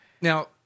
Now